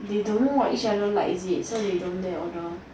they don't know what each other like is it so they don't dare order